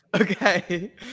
Okay